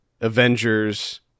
Avengers